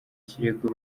ikirego